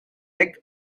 egg